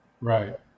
right